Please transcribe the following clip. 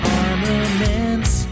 armaments